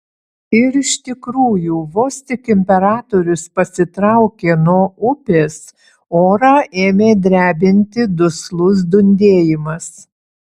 ir iš tikrųjų vos tik imperatorius pasitraukė nuo upės orą ėmė drebinti duslus dundėjimas